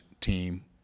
team